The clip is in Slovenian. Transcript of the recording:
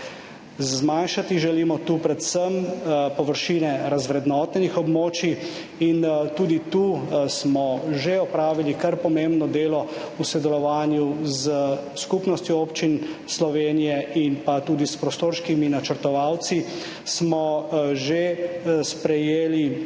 Zmanjšati želimo tu predvsem površine razvrednotenih območij. Tudi tu smo opravili že kar pomembno delo v sodelovanju s Skupnostjo občin Slovenije in pa tudi s prostorskimi načrtovalci smo pripravili